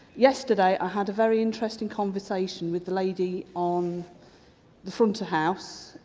yesterday i had a very interesting conversation with the lady on the front of house,